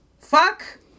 fuck